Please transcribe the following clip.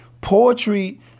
Poetry